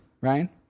Ryan